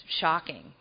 shocking